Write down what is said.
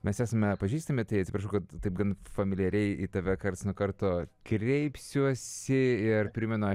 mes esme pažįstami tai atsiprašau kad taip gan familiariai į tave karts nuo karto kreipsiuosi ir primenu aš